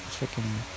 Chicken